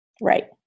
Right